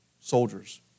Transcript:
soldiers